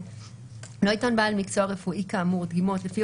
(ב)לא ייטול בעל מקצוע רפואי כאמור דגימות לפי